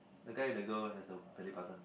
the guy with the girl has a belly button